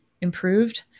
improved